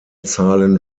zahlen